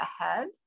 ahead